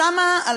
שמה,